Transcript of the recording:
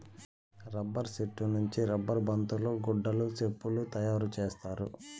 rubber సెట్టు నుంచి rubber బంతులు గుడ్డలు సెప్పులు తయారు చేత్తారు